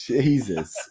Jesus